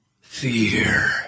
fear